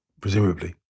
presumably